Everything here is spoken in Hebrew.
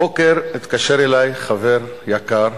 הבוקר התקשר אלי חבר יקר,